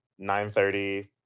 9.30